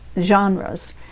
genres